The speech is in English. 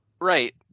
Right